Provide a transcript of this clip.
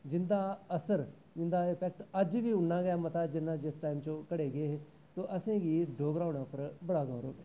जिं'दा असर जिं'दा अफैक्ट अज्ज बी उन्ना गै मता ऐ जिन्ना जिस टाइम च ओह् घड़े गे हे ते असें गी डोगरा होने उप्पर बड़ा गौह् ऐ